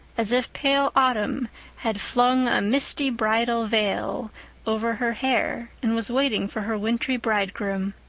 as if pale autumn had flung a misty bridal veil over her hair and was waiting for her wintry bridegroom.